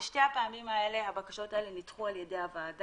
בשתי הפעמים האלה הבקשות האלה נדחו על ידי הוועדה.